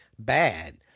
bad